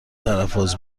تلفظ